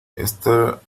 esta